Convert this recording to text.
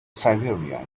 siberia